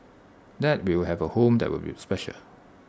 that we will have A home that will be special